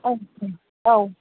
औ दे औ